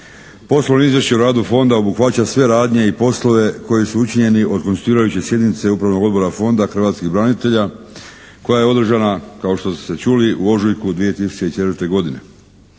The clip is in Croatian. Poslovno izvješće o radu Fonda obuhvaća sve radnje i poslove koji su učinjeni od konstituirajući sjednice Upravnog odbora Fonda hrvatskih branitelja koja je održana, kao to ste čuli, u ožujku 2004. godine.